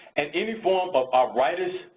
and any form of arthritis,